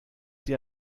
sie